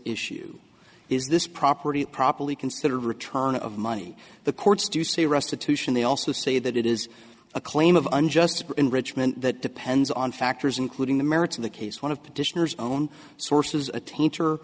issue is this property properly considered return of money the courts do say restitution they also say that it is a claim of unjust enrichment that depends on factors including the merits of the case one of petitioners own sources a teacher